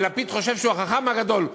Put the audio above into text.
ולפיד חושב שהוא החכם הגדול,